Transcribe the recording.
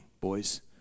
boys